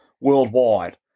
worldwide